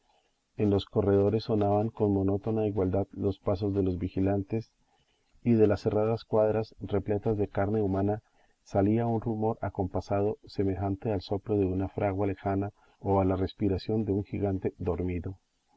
en los corredores sonaban con monótona igualdad los pasos de los vigilantes y de las cerradas cuadras repletas de carne humana salía un rumor acompasado semejante al soplo de una fragua lejana o a la respiración de un gigante dormido